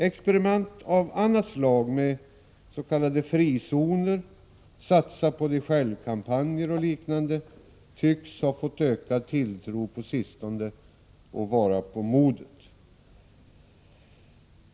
Experiment av annat slag med s.k. frizoner, satsa-på-dig-själv-kampanjer och liknande tycks ha fått ökad tilltro på sistone och vara på modet.